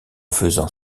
faisant